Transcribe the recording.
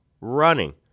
running